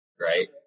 right